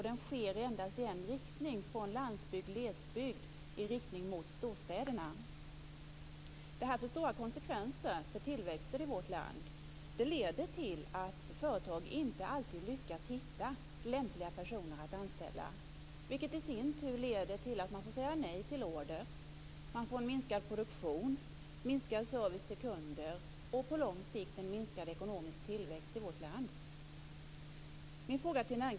Den sker endast i en riktning, från landsbygd och glesbygd till storstäderna. Det får stora konsekvenser för tillväxten i vårt land. Det leder till att företag inte alltid lyckas hitta lämpliga personer att anställa, vilket i sin tur leder till att man får säga nej till order. Man får en minskad produktion, minskad service till kunden och på lång sikt en minskad ekonomisk tillväxt i vårt land.